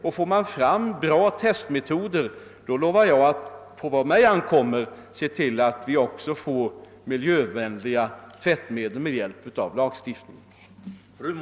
Jag vill också säga att så långt det ankommer på mig lovar jag att vi skall få fram miljövänliga tvättmedel med hjälp av den lagstiftning som nu förbereds.